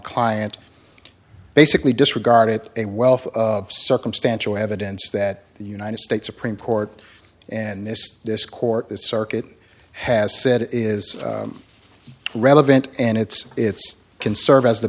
client basically disregarded a wealth of circumstantial evidence that the united states supreme court and this this court this circuit has said it is relevant and it's it's can serve as the